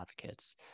advocates